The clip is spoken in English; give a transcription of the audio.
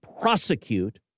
prosecute